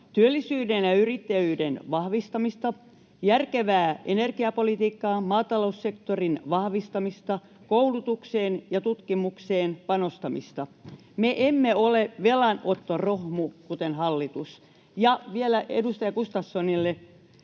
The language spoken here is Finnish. työllisyyden ja yrittäjyyden vahvistamista, järkevää energiapolitiikkaa, maataloussektorin vahvistamista, koulutukseen ja tutkimukseen panostamista. Me emme ole velanottorohmu, kuten hallitus. Ja vielä edustaja Gustafssonille: